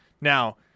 now